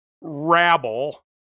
rabble